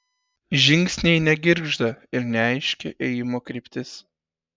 žingsniai negirgžda ir neaiški ėjimo kryptis